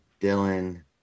Dylan